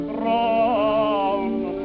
round